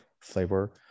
flavor